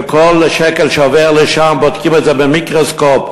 וכל שקל שעובר לשם בודקים אותו במיקרוסקופ,